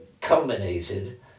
culminated